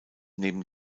neben